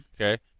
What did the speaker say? Okay